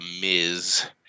Miz